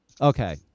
Okay